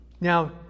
Now